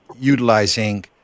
Utilizing